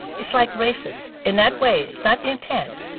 it's like racist. in that way, it's not the intent,